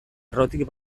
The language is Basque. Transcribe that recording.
errotik